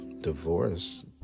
Divorce